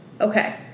Okay